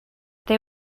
they